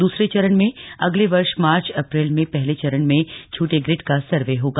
द्रसरे चरण में अगले वर्ष मार्च अप्रैल में पहले चरण में छूटे ग्रिड का सर्वे होगा